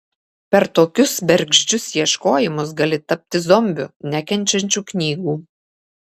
per tokius bergždžius ieškojimus gali tapti zombiu nekenčiančiu knygų